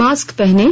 mask पहनें